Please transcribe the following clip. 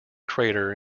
crater